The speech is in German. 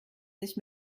sich